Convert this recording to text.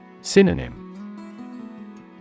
Synonym